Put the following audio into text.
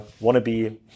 wannabe